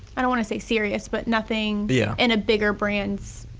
i don't want to say serious but nothing yeah in a bigger brand's